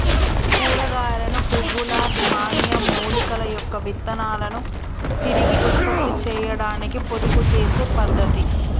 కూరగాయలను, పువ్వుల, ధాన్యం, మూలికల యొక్క విత్తనాలను తిరిగి ఉత్పత్తి చేయాడానికి పొదుపు చేసే పద్ధతి